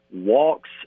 walks